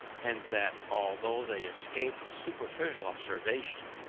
and that, although they escape a superficial observation,